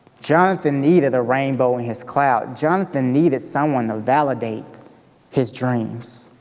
jonathan needed a rainbow in his cloud. jonathan needed someone to validate his dreams.